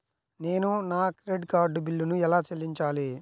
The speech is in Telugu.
నేను నా క్రెడిట్ కార్డ్ బిల్లును ఎలా చెల్లించాలీ?